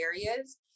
areas